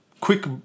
quick